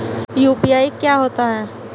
UPI क्या होता है?